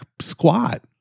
Squat